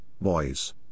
boys